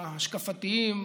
ההשקפתיים,